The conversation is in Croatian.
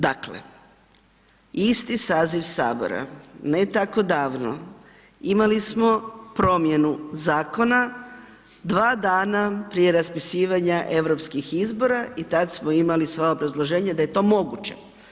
Dakle, isti saziv Sabora, ne tako davno, imali smo promjenu zakona, dva dana prije raspisivanja europskih izbora i tad smo imali sva obrazloženja da je to moguće.